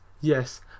yes